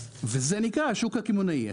וזה נקרא השוק הקמעונאי.